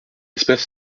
espèce